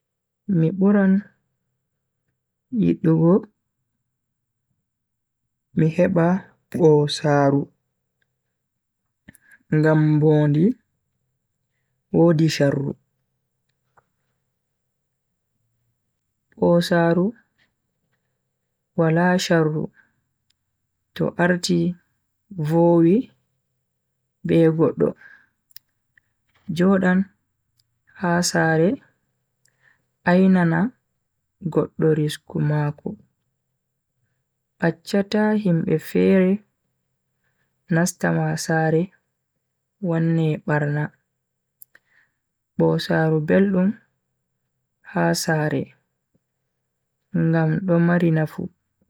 Mi buran yidugo mi heba bosaaru ngam mbondi wodi sharru. bosaaru Wala sharru to arti vowi be goddo. jodan ha sare ainana goddo risku mako acchata himbe fere nasta ma sare wanne barna. bosaaru beldum ha sare ngam do mari nafu.